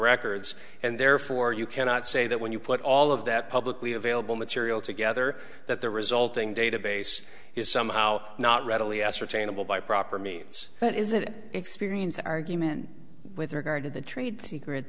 records and therefore you cannot say that when you put all of that publicly available material together that the resulting database is somehow not readily ascertainable by proper means that is an experience argument with regard to the trade secret